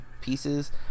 pieces